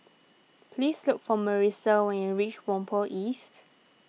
please look for Marissa when you reach Whampoa East